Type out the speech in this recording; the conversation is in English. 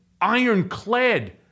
ironclad